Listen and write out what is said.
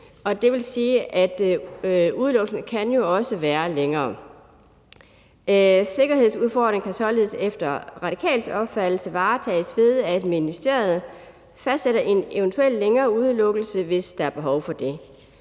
det vil sige, at udelukkelsen jo også kan vare længere. Sikkerhedsudfordringer kan således efter Radikales opfattelse varetages ved, at ministeriet fastsætter en eventuel længere udelukkelse, hvis der er behov for det.